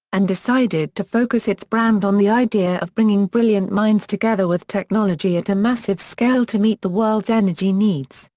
and decided to focus its brand on the idea of bringing brilliant minds together with technology at a massive scale to meet the world's energy needs,